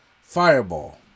fireball